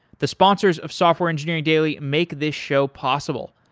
the sponsors of software engineering daily make this show possible,